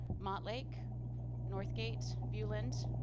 montlake northgate viewland.